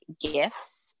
gifts